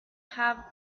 have